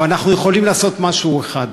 אבל אנחנו יכולים לעשות משהו אחד,